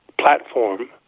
platform